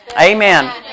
Amen